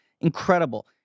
Incredible